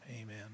amen